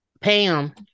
Pam